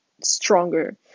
Stronger